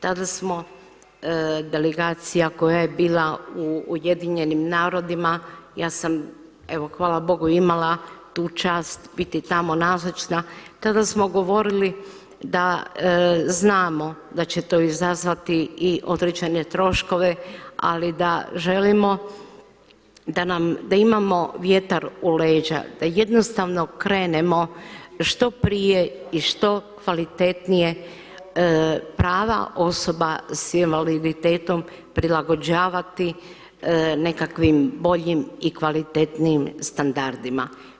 Tada smo delegacija koja je bila u UN-u, evo ja sam hvala Bogu imala tu čast biti tamo nazočna, tada smo govorili da znamo da će to izazvati i određene troškove, ali da želimo da imamo vjetar u leđa da jednostavno krenemo što prije i što kvalitetnije prava osoba s invaliditetom prilagođavati nekakvim boljim i kvalitetnijim standardima.